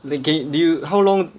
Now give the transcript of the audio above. like can do you how long